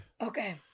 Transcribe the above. Okay